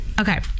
Okay